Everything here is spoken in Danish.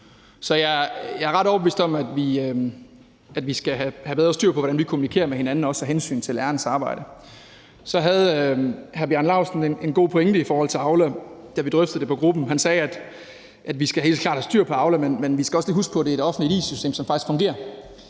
Så jeg er ret overbevist om, at vi skal have bedre styr på, hvordan vi kommunikerer med hinanden, også af hensyn til lærernes arbejde. Så havde hr. Bjarne Laustsen en god pointe i forhold til Aula, da vi drøftede det i gruppen. Han sagde, at vi helt klart skal have styr på Aula, men at vi også lige skal huske på, at det er et offentligt it-system, som faktisk fungerer,